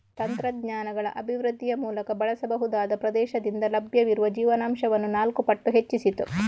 ತಂತ್ರಜ್ಞಾನಗಳ ಅಭಿವೃದ್ಧಿಯ ಮೂಲಕ ಬಳಸಬಹುದಾದ ಪ್ರದೇಶದಿಂದ ಲಭ್ಯವಿರುವ ಜೀವನಾಂಶವನ್ನು ನಾಲ್ಕು ಪಟ್ಟು ಹೆಚ್ಚಿಸಿತು